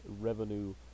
Revenue